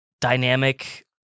dynamic